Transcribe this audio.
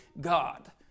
God